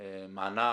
מענק